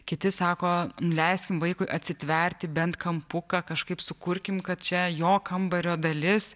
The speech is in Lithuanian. kiti sako leiskim vaikui atsitverti bent kampuką kažkaip sukurkim kad čia jo kambario dalis